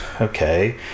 okay